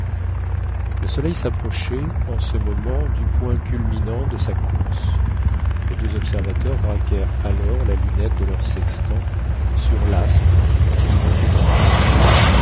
le soleil s'approchait en ce moment du point culminant de sa course les deux observateurs braquèrent alors la lunette de leur sextant sur l'astre qui montait encore